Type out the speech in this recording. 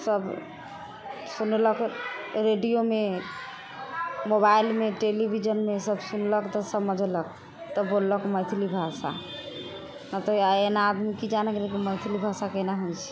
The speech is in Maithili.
सब सुनलक रेडियोमे मोबाइलमे टेलिविजनमे सब सुनलक तऽ समझलक तऽ बोललक मैथिली भाषा नहि तऽ आन आदमी की जानै गेलै कि मैथिली भाषा केना होइत छै